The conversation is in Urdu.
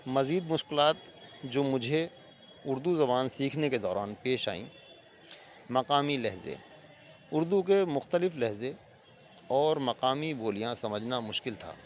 مزید مشکلات جو مجھے اردو زبان سیکھنے کے دوران پیش آئیں مقامی لحظے اردو کے مختلف لہزے اور مقامی بولیاں سمجھنا مشکل تھا